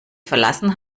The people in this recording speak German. verlassen